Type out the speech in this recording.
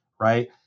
right